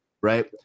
right